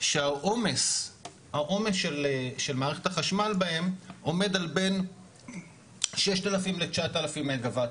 שהעומס של מערכת החשמל בהם עומד על בין 6,000 ל-9,000 מגה וואט.